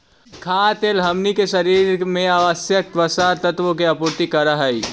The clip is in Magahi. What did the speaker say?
खाद्य तेल हमनी के शरीर में आवश्यक वसा तत्व के आपूर्ति करऽ हइ